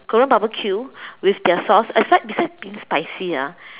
Korean barbecue with their sauce aside beside being spicy ah